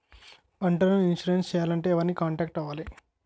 పంటకు ఇన్సురెన్స్ చేయాలంటే ఎవరిని కాంటాక్ట్ అవ్వాలి?